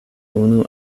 unu